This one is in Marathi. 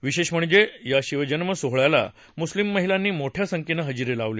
विशेष म्हणजे या शिवजन्म सोहळ्याला मुस्लिम महिलांनी मोठ्या संख्येने हजेरी लावली